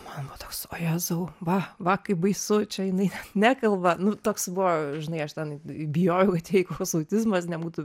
man buvo toks o jėzau va va kaip baisu čia jinai nekalba nu toks buvo žinai aš ten bijojau kad jai koks autizmas nebūtų